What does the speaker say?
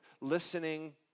listening